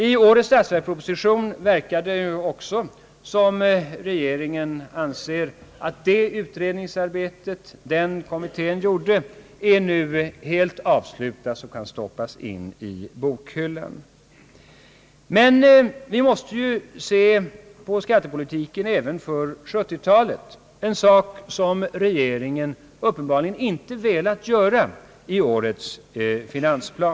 I årets statsverksproposition verkar det också som om regeringen anser att det utredningsarbete som den kommittén gjorde nu är helt avslutat och kan stoppas in i bokhyllan. Vi måste emellertid se på skattepolitiken även för 1970-talet — en sak som regeringen uppenbarligen inte velat göra i årets finansplan.